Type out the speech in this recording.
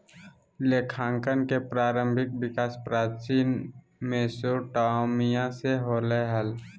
लेखांकन के प्रारंभिक विकास प्राचीन मेसोपोटामिया से होलय हल